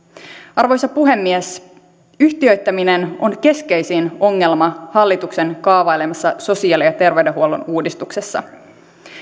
arvoisa puhemies yhtiöittäminen on keskeisin ongelma hallituksen kaavailemassa sosiaali ja terveydenhuollon uudistuksessa